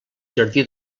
jardí